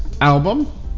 album